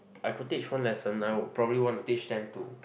I could teach one lesson now probably want to teach them to